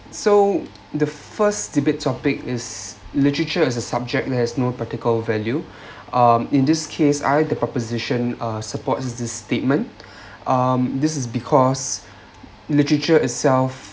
so the first debate topic is literature is a subject that has no practical value um in this case I the proposition uh support this statement um this is because literature itself